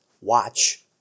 watch